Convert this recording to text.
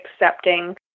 accepting